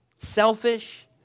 selfish